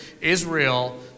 Israel